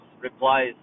replies